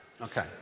Okay